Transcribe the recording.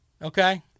Okay